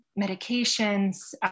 medications